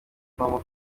mpamo